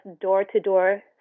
door-to-door